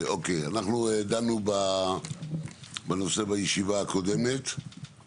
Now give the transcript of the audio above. אנחנו דנו בנושא בישיבה הקודמת,